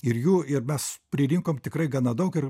ir jų ir mes pririnkom tikrai gana daug ir